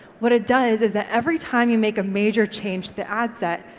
what it does is that every time you make a major change to the ad set,